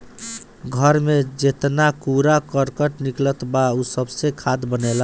घर में जेतना कूड़ा करकट निकलत बा उ सबसे खाद बनेला